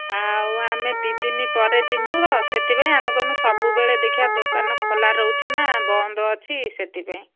ଆଉ ଆମେ ଦୁଇ ଦିନ ପରେ ଯିବୁ ତ ସେଥିପାଇଁ ଆମେ କହିଲୁ ସବୁବେଳେ ଦେଖିବା ଦୋକାନ ଖୋଲା ରହୁଛି ନା ବନ୍ଦ ଅଛି ସେଥିପାଇଁ